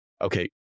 Okay